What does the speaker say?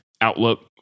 outlook